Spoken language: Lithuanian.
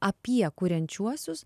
apie kuriančiuosius